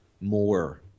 more